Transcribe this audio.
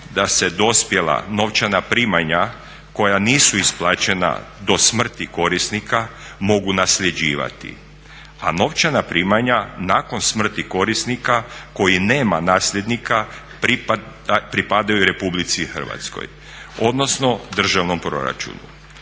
da se dospjela novčana primanja koja nisu isplaćena do smrti korisnika mogu nasljeđivati, a novčana primanja nakon smrti korisnika koji nema nasljednika pripadaju Republici Hrvatskoj, odnosno državnom proračunu.